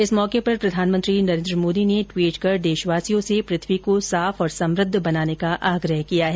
इस मौके पर प्रधानमंत्री नरेन्द्र मोदी ने ट्वीट कर देशवासियों से पृथ्वी को साफ और समृद्ध बनाने का आग्रह किया है